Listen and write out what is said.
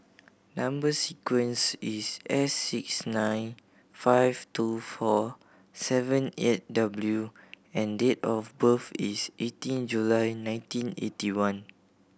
number sequence is S six nine five two four seven eight W and date of birth is eighteen July nineteen eighty one